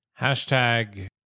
Hashtag